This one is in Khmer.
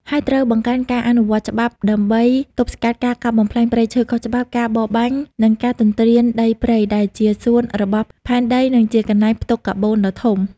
ហើយត្រូវបង្កើនការអនុវត្តច្បាប់ដើម្បីទប់ស្កាត់ការកាប់បំផ្លាញព្រៃឈើខុសច្បាប់ ការបរបាញ់ និងការទន្ទ្រានដីព្រៃ ដែលជាសួតរបស់ផែនដី និងជាកន្លែងផ្ទុកកាបូនដ៏ធំ។